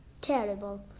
Terrible